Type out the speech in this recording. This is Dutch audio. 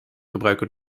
gebruiken